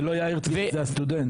זה לא יאיר צייץ, זה הסטודנט...